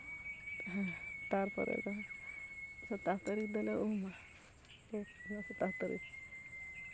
ᱛᱟᱨᱯᱚᱨᱮ ᱫᱚ ᱥᱟᱛᱟᱥ ᱛᱟᱹᱨᱤᱠᱷ ᱫᱚᱞᱮ ᱩᱢᱟ ᱯᱩᱥ ᱵᱚᱸᱜᱟ ᱥᱟᱛᱟᱥ ᱛᱟᱹᱨᱤᱠᱷ